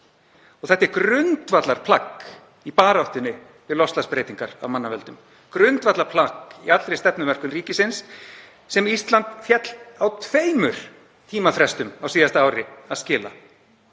Þetta er grundvallarplagg í baráttunni við loftslagsbreytingar af mannavöldum, grundvallarplagg í allri stefnumörkun ríkisins og Ísland féll á tveimur tímafrestum á síðasta ári að skila.